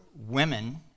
women